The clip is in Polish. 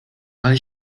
ale